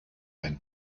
ein